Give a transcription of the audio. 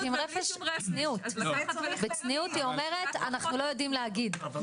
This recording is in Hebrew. היא אומרת: אנחנו לא יודעים לומר.